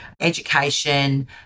education